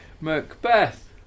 Macbeth